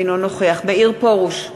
אינו נוכח מאיר פרוש,